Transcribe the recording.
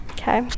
Okay